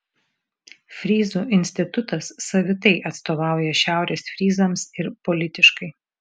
fryzų institutas savitai atstovauja šiaurės fryzams ir politiškai